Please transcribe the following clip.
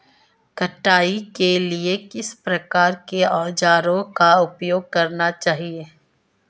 कटाई के लिए किस प्रकार के औज़ारों का उपयोग करना चाहिए?